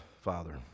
Father